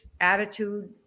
attitude